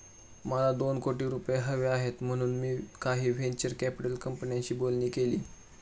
मला दोन कोटी रुपये हवे आहेत म्हणून मी काही व्हेंचर कॅपिटल कंपन्यांशी बोलणी केली